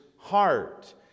heart